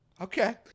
Okay